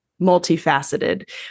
multifaceted